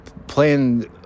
playing